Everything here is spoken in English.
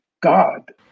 God